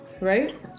right